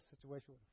situation